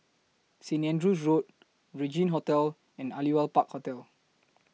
Saint Andrew's Road Regin Hotel and Aliwal Park Hotel